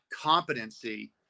competency